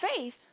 faith